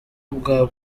bwa